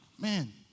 Man